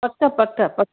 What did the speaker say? पक पक